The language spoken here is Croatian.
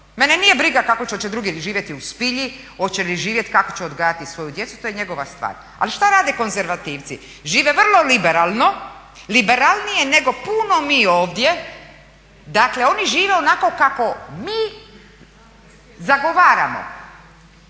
mene nije briga kakvo će, oče drugi živjeti u špilji, oče li živjet, kako će odgajati svoju djecu to je njegova stvar, ali šta rade konzervativci? Žive vrlo liberalno, liberalnije nego puno nas ovdje, dakle oni žive onako kako mi zagovaramo,